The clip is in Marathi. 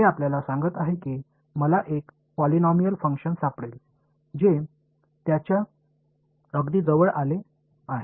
हे आपल्याला सांगत आहे की मला एक पॉलिनॉमियल फंक्शन सापडेल जे याच्या अगदी जवळ आले आहे